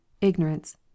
ignorance